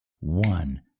one